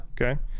Okay